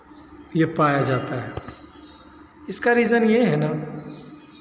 ये पाया जाता है इसका रीज़न ये है ना